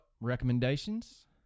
recommendations